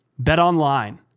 BetOnline